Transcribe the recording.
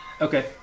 Okay